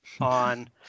on